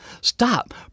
stop